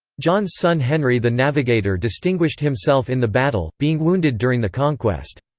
john's son henry the navigator distinguished himself in the battle, being wounded during the conquest.